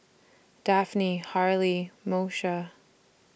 Daphne Harley Moesha